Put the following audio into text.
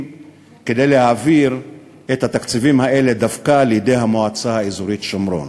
כדי להעביר את התקציבים האלה דווקא לידי המועצה האזורית שומרון.